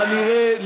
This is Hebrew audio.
כנראה,